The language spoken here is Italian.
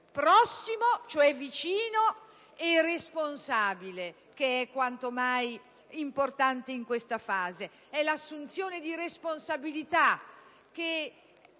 prossimo, cioè vicino, e responsabile, che è quanto mai importante in questa fase. È l'assunzione di responsabilità che